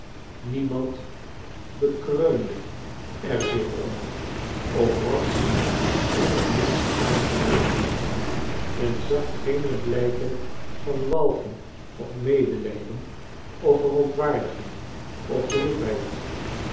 niemand bekreunde er zich om of was in het minst aangedaan men zag geene blijken van walging of medelijden of verontwaardiging of